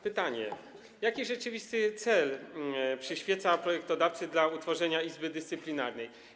Pytanie: Jaki rzeczywisty cel przyświeca projektodawcy przy tworzeniu Izby Dyscyplinarnej?